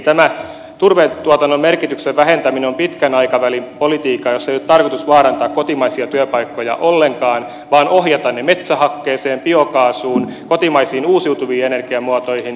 tämä turvetuotannon merkityksen vähentäminen on pitkän aikavälin politiikkaa jossa ei ole tarkoitus vaarantaa kotimaisia työpaikkoja ollenkaan vaan ohjata ne metsähakkeeseen biokaasuun kotimaisiin uusiutuviin energiamuotoihin